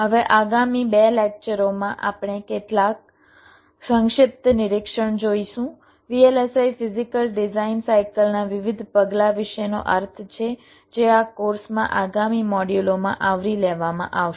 હવે આગામી બે લેક્ચરોમાં આપણે કેટલાક સંક્ષિપ્ત નિરીક્ષણ જોઈશું VLSI ફિઝીકલ ડિઝાઈન સાઈકલના વિવિધ પગલાં વિશેનો અર્થ છે જે આ કોર્સ માં આગામી મોડ્યુલો માં આવરી લેવામાં આવશે